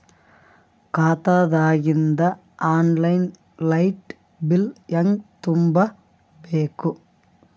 ಖಾತಾದಾಗಿಂದ online light bill ಹೇಂಗ ತುಂಬಾ ಬೇಕು?